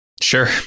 Sure